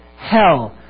Hell